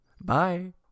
Bye